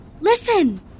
listen